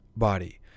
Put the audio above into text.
body